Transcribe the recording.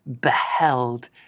beheld